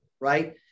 right